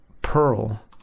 Pearl